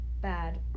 bad